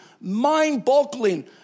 mind-boggling